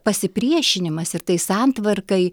pasipriešinimas ir tai santvarkai